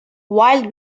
wild